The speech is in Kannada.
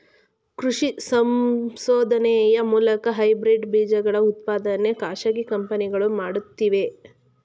ಕೃಷಿ ಸಂಶೋಧನೆಯ ಮೂಲಕ ಹೈಬ್ರಿಡ್ ಬೀಜಗಳ ಉತ್ಪಾದನೆ ಖಾಸಗಿ ಕಂಪನಿಗಳು ಮಾಡುತ್ತಿವೆ